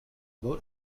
boat